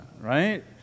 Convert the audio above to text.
right